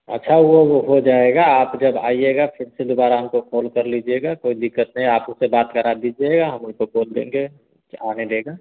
अच्छा वह वह हो जाएगा आप जब आइएगा फिर से दुबारा हमको कॉल कर लीजिएगा कोई दिक्कत नहीं आप उसे बात करा दीजिएगा हम उनको बोल देंगे कि आने देगा